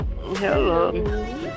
Hello